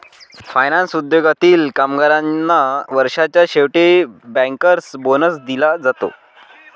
finance उद्योगातील कामगारांना वर्षाच्या शेवटी बँकर्स बोनस दिला जाते